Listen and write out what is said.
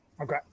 okay